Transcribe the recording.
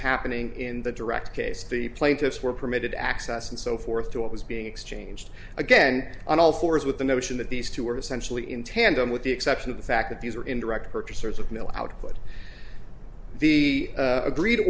happening in the direct case the plaintiffs were permitted access and so forth to what was being exchanged again on all fours with the notion that these two are essentially in tandem with the exception of the fact that these are in direct purchasers of mill output the agree